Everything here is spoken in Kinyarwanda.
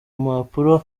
mpapuro